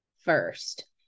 first